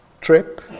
trip